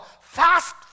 Fast